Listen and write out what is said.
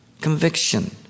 Conviction